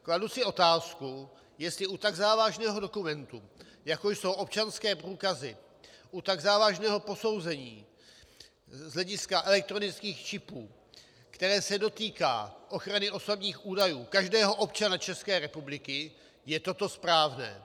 Kladu si otázku, jestli u tak závažného dokumentu, jako jsou občanské průkazy, u tak závažného posouzení z hlediska elektronických čipů, které se dotýká ochrany osobních údajů každého občana České republiky, je toto správné.